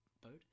boat